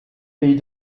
pays